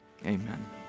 amen